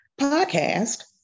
podcast